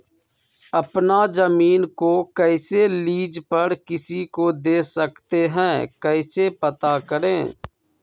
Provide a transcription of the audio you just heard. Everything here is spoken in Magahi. अपना जमीन को कैसे लीज पर किसी को दे सकते है कैसे पता करें?